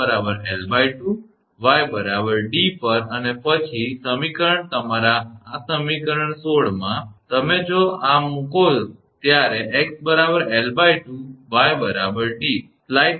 તેથી 𝑥 𝐿2 𝑦 𝑑 પર અને પછી સમીકરણ તમારા સમીકરણ 16 માં તમે જો તમે આ મૂકો કે જ્યારે 𝑥 𝐿2 𝑦 𝑑